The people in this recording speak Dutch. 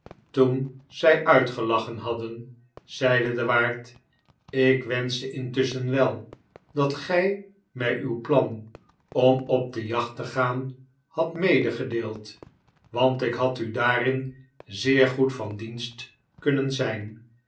toen zij uitgelachen hadden zeide de waard ik wenschte intusschen wel dat gy mij uw plan om op de jacht te gaan hadmedegedeeld want ik had u daarin zeer goed van dienst kunnen zijn